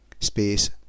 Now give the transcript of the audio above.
space